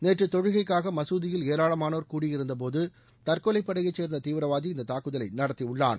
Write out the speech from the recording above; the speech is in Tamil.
நேற்று தொழுகைக்காக மசூதியில் ஏராளமானோர் கூடியிருந்தபோது தற்கொலைப்படையைச் சேர்ந்த தீவிரவாதி இந்த தாக்குதலை நடத்தியுள்ளான்